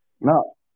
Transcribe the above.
No